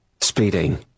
Speeding